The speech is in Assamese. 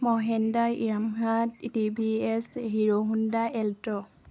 Mahindra Yamaha A T V S Hero Honda এল্ট্ৰ'